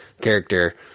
character